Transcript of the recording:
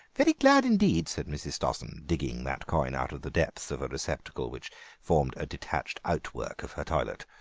very glad indeed, said mrs. stossen, digging that coin out of the depths of a receptacle which formed a detached outwork of her toilet.